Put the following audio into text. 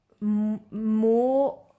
more